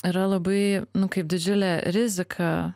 yra labai nu kaip didžiulė rizika